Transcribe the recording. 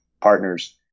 partners